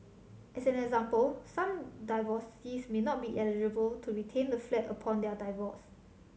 as an example some divorcees may not be eligible to retain the flat upon their divorce